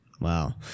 Wow